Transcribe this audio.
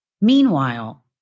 Meanwhile